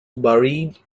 buried